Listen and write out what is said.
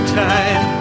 time